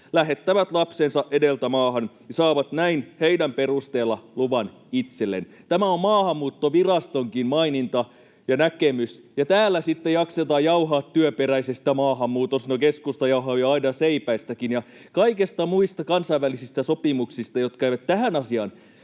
lähettävät lapsensa edeltä maahan ja saavat näin heidän perusteella luvan itselleen”. Tämä on Maahanmuuttovirastonkin maininta ja näkemys, ja täällä sitten jaksetaan jauhaa työperäisestä maahanmuutosta — no, keskusta jauhaa jo aidanseipäistäkin — ja kaikista muista kansainvälisistä sopimuksista, jotka eivät tähän asiaan